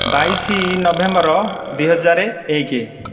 ବାଇଶ ନଭେମ୍ବର ଦୁଇ ହଜାର ଏକ